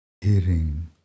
hearing